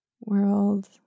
world